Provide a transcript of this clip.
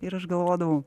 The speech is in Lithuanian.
ir aš galvodavau